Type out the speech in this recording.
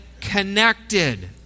connected